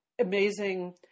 amazing